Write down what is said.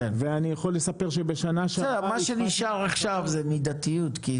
מה שנשאר עכשיו זאת מידתיות.